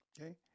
okay